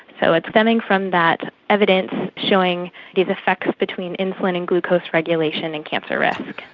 so it's stemming from that evidence showing these effects between insulin and glucose regulation in cancer risk.